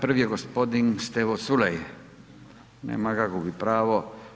Prvi je gospodin Stevo Culej, nema ga, gubi pravo.